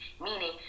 meaning